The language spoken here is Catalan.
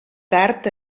tard